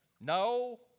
No